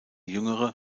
jüngere